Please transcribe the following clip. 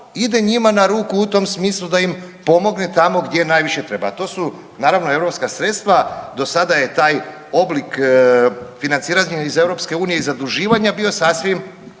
ide njima na ruku u tom smislu da im pomogne tamo gdje najviše treba, a to su naravno europska sredstva. Do sada je taj oblik financiranja iz EU i zaduživanja bio sasvim,